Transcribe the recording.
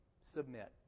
submit